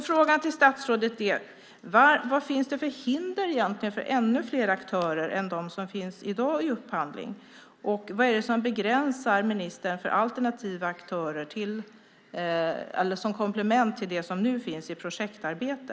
Frågan till statsrådet är vad det finns för hinder för att vi får ännu fler aktörer än de som finns i dag i upphandling. Vad är det som begränsar ministern vad gäller alternativa aktörer som komplement till det som nu finns i projektarbete?